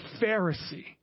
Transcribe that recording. Pharisee